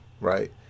right